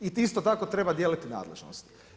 I isto tako treba dijeliti nadležnosti.